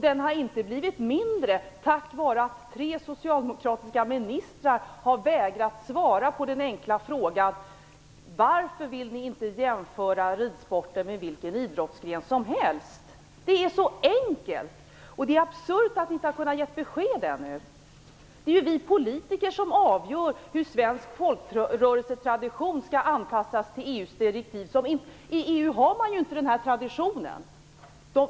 Den har inte blivit mindre, därför att tre socialdemokratiska ministrar har vägrat att svara på den enkla frågan: Varför vill man inte jämställa ridsporten med vilken idrottsgren som helst? Det är så enkelt. Det är absurt att inte ha kunnat ge besked ännu. Det är vi politiker som avgör hur svensk folkrörelsetradition skall anpassa till EU-direktiven. I EU har man inte denna tradition.